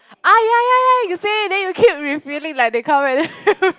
ah ya ya ya you say then you keep repeating like they come back then